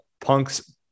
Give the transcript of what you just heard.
Punk's